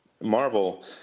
Marvel